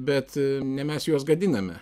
bet ne mes juos gadiname